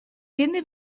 tiene